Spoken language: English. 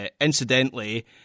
incidentally